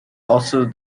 also